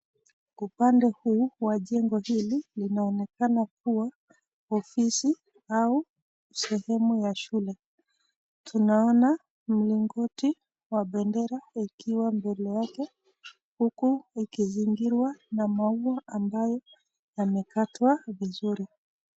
Upande huu wa jengo hili kunaonekana kuwa ofisi au seheme ya shule. Tunaona mlingoti wa bendera ikiwa mbele yake huku ikizingirwa na maua ambayo yamekatwa vizuri.